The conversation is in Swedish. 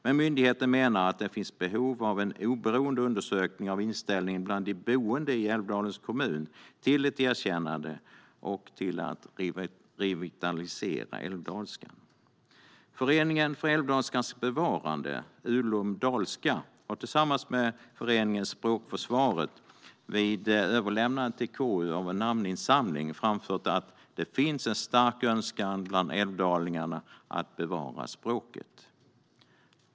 Men myndigheten menar att det finns behov av en oberoende undersökning av inställningen bland de boende i Älvdalens kommun till ett erkännande och till att revitalisera älvdalskan. Föreningen för älvdalskans bevarande, Ulum Dalska, har tillsammans med föreningen Språkförsvaret vid överlämnande till KU av en namninsamling framfört att det finns en stark önskan bland älvdalingarna att bevara språket.